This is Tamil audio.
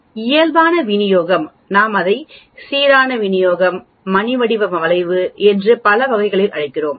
இயல்பான விநியோகம் நாம் அதை சீரான விநியோகம் மணி வடிவ வளைவு என்று பல வகைகளில் அழைக்கிறோம்